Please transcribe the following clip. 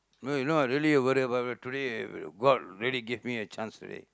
no you know what really ah brother today god really gave me a chance today